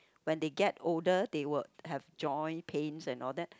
when they get older they will have joint pains and all that